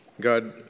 God